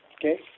okay